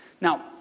Now